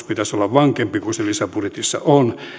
pitäisi olla vankempi kuin se lisäbudjetissa on